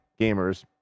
gamers